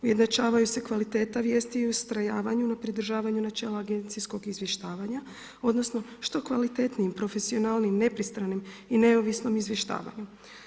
Ujednačavaju se kvaliteta vijesti i ustrajavanju na pridržavanju načela agencijskog izvještavanja odnosno što kvalitetnijim, profesionalnijim, nepristranim i neovisnim izvještavanjem.